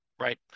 right